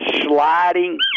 sliding